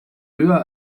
höher